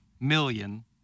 million